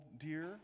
dear